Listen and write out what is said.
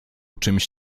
czymś